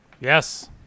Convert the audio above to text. Yes